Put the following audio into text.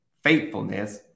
Faithfulness